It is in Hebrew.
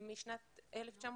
משנת 1990,